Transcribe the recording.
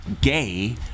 Gay